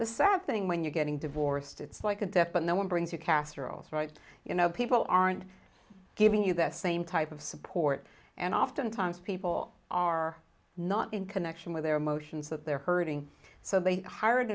the sad thing when you're getting divorced it's like a death but no one brings you casseroles right you know people aren't giving you the same type of support and often times people are not in connection with their emotions that they're hurting so they hir